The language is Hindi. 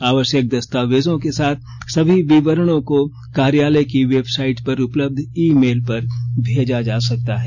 आवश्यक दस्तावेजों के साथ सभी विवरणों को कार्यालय की वेबसाइट पर उपलब्ध ई मेल पर भेजा जा सकता है